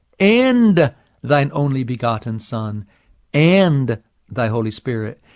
and thine only-begotten son and thy holy spirit.